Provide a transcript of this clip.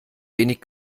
wenig